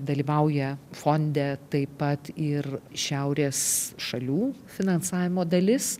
dalyvauja fonde taip pat ir šiaurės šalių finansavimo dalis